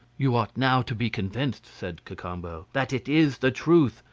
you ought now to be convinced, said cacambo, that it is the truth,